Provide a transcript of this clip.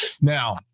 Now